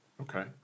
Okay